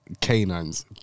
canines